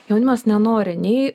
jaunimas nenori nei